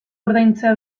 ordaintzea